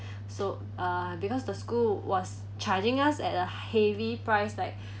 so uh because the school was charging us at a heavy price like